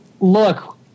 look